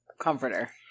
comforter